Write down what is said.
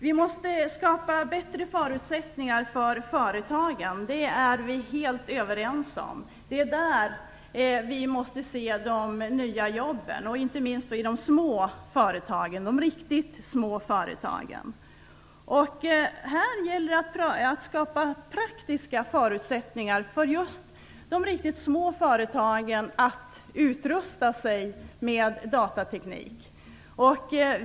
Vi måste skapa bättre förutsättningar för företagen, det är vi helt överens om. Det är där vi måste se de nya jobben, inte minst i de riktigt små företagen. Här gäller det att skapa praktiska förutsättningar för just de riktigt små företagen att utrusta sig med datateknik.